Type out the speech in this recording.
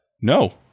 No